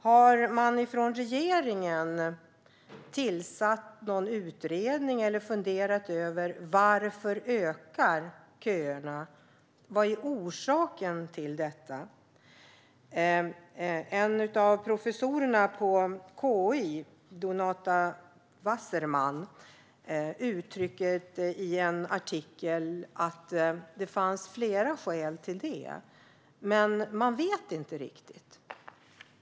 Har regeringen tillsatt någon utredning eller funderat över varför köerna ökar? Vad är orsaken? En av professorerna på KI, Danuta Wasserman, uttrycker i en artikel att det finns flera skäl till köerna, men man vet inte riktigt.